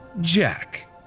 Jack